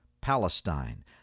Palestine